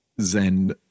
zen